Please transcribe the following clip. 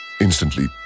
instantly